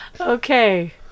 Okay